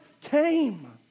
came